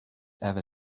ever